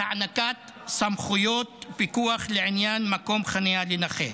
והוענקו סמכויות פיקוח לעניין מקום חניה לנכה.